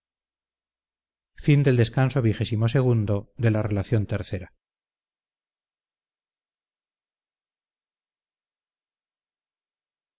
a la relación